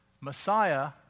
Messiah